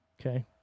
Okay